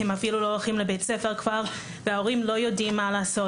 הם אפילו לא הולכים לבית ספר וההורים לא יודעים מה לעשות.